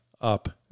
up